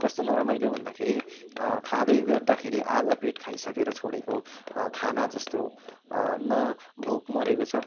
कस्तो नरमाइलो भन्दाखेरि खाँदैगर्दाखेरि आधा पेट खाइसकेर छोडेको खाना जस्तो न भोक मरेको छ